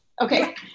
Okay